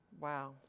Wow